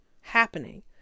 happening